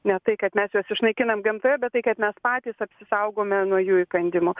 ne tai kad mes juos išnaikinam gamtoje bet tai kad mes patys apsisaugome nuo jų įkandimų